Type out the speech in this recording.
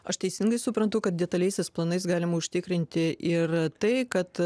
aš teisingai suprantu kad detaliaisiais planais galima užtikrinti ir tai kad